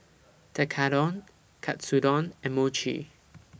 Tekkadon Katsudon and Mochi